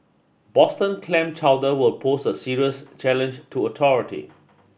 Boston clam chowder will pose a serious challenge to authority